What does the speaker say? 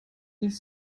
nicht